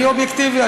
אני אובייקטיבי.